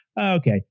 Okay